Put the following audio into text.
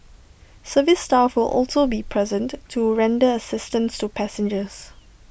service staff will also be present to render assistance to passengers